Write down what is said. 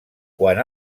quant